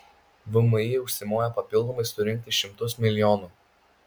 vmi užsimojo papildomai surinkti šimtus milijonų